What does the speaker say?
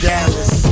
Dallas